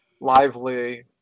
lively